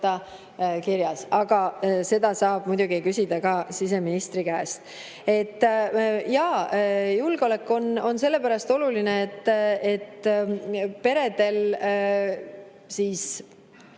Aga seda saab muidugi küsida ka siseministri käest. Julgeolek on sellepärast oluline, et peredel on